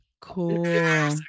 Cool